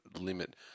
limit